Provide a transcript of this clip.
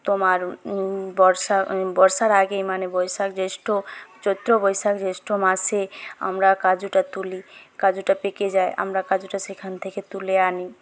তোমার বর্ষা বর্ষার আগেই মানে বৈশাখ জ্যৈষ্ঠ চৈত্র বৈশাখ জ্যৈষ্ঠ মাসে আমরা কাজুটা তুলি কাজুটা পেকে যায় আমরা কাজুটা সেখান থেকে তুলে আনি